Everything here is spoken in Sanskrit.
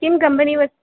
किं कम्पनी वस्